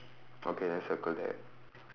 okay then circle that